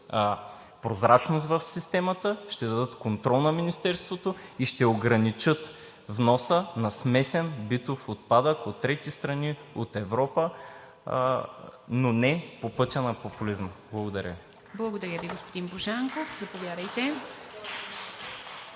прозрачност в системата, ще дадат контрол на Министерството и ще ограничат вноса на смесен битов отпадък от трети страни, от Европа, но не по пътя на популизма? Благодаря. (Единични ръкопляскания от